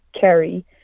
carry